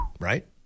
right